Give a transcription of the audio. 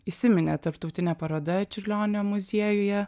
įsiminė tarptautinė paroda čiurlionio muziejuje